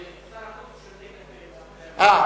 שר החוץ שותה קפה,